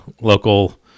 local